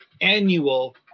annual